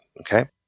okay